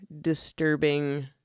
disturbing